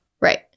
Right